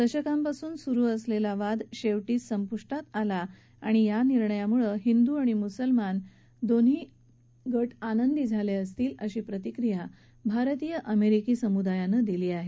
दशकांपासून सुरु असलेला वाद शेवटी संपुष्टात आला आहे या निर्णयामुळे हिंदू आणि मुसलमान दोघेही आनंदित झाले असतील अशी प्रतिक्रिया भारतीय अमेरिकी समुदायानं दिली आहे